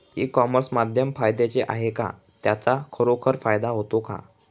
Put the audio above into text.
E commerce माध्यम फायद्याचे आहे का? त्याचा खरोखर फायदा होतो का?